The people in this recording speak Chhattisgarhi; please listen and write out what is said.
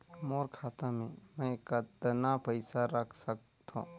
मोर खाता मे मै कतना पइसा रख सख्तो?